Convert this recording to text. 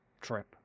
trip